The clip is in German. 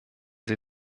sie